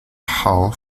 hall